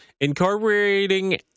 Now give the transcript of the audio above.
incorporating